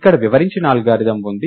ఇక్కడ వివరించిన అల్గోరిథం ఉంది